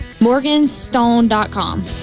Morganstone.com